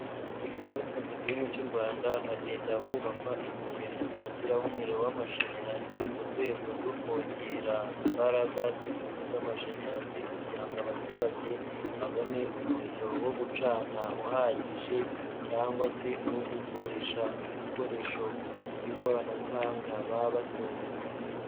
Buri munsi mu gihugu cy'u Rwanda hagenda hubakwa ingomero zifatiraho umuriro w'amashanyarazi mu rwego rwo kongera imbaraga z'ingufu z'amashanyarazi kugira ngo abaturage babone umuriro wo gucana uhagije cyangwa se uwo gukoresha ku bikoresho by'ikoranabuhanga baba batunze.